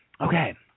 Okay